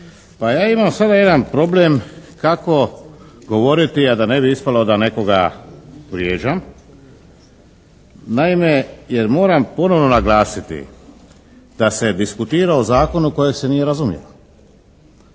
Pa ja imam sada jedan problem kako govoriti, a da ne bi ispalo da nekoga vrijeđam. Naime, jer moram ponovo naglasiti da se diskutira o zakonu kojeg se nije razumjelo.